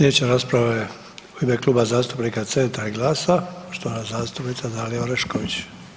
Slijedeća rasprava je u ime Kluba zastupnika Centra i GLAS-a, poštovana zastupnica Dalija Orešković.